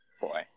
boy